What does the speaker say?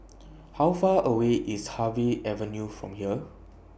How Far away IS Harvey Avenue from here